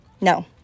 No